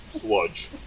Sludge